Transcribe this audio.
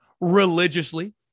religiously